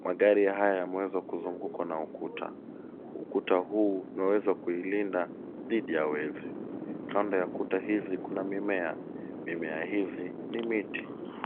Magari haya yameweza kuzungukwa na ukuta. Ukuta huu umeweza kuilinda dhidi ya wezi. Kando ya kuta hizi kuna mimea. Mimea hizi ni miti.